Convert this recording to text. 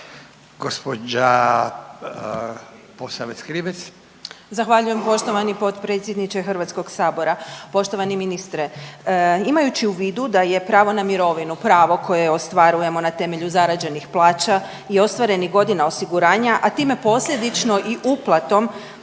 Gospođa Posavec Krivec.